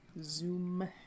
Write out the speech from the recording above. zoom